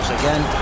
again